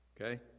Okay